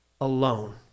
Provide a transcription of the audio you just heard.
alone